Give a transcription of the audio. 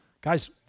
Guys